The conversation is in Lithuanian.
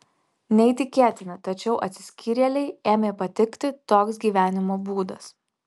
neįtikėtina tačiau atsiskyrėlei ėmė patikti toks gyvenimo būdas